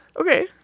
Okay